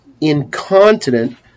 incontinent